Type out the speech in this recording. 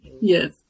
Yes